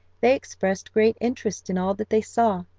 they expressed great interest in all that they saw,